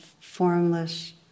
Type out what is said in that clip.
formless